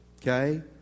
Okay